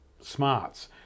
smarts